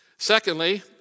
Secondly